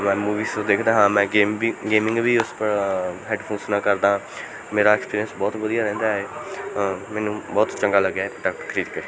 ਮੈਂ ਮੂਵੀਸ ਦੇਖਦਾ ਹਾਂ ਮੈਂ ਗੇਮ ਵੀ ਗੇਮਿੰਗ ਵੀ ਉਸ ਹੈਡਫੋਨਸ ਨਾਲ ਕਰਦਾ ਮੇਰਾ ਐਕਸਪੀਰੀਅੰਸ ਬਹੁਤ ਵਧੀਆ ਰਹਿੰਦਾ ਹੈ ਮੈਨੂੰ ਬਹੁਤ ਚੰਗਾ ਲੱਗਿਆ ਇਹ ਪ੍ਰੋਡਕਟ ਖਰੀਦ ਕੇ